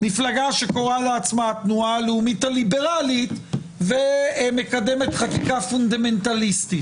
מפלגה שקוראת לעצמה התנועה העצמית הליברלית ומקדמת חקיקה פונדמנטליסטית.